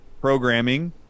programming